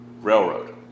Railroad